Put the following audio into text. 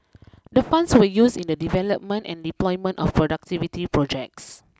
the funds were used in the development and deployment of productivity projects